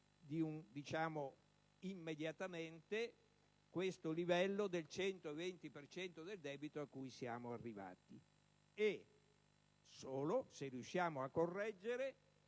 immediatamente il livello del 120 per cento del debito a cui siamo arrivati e solo se riusciamo a correggere